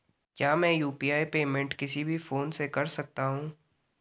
क्या मैं UPI payment किसी भी फोन से कर सकता हूँ?